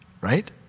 right